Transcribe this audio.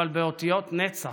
אבל באותיות נצח,